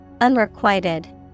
Unrequited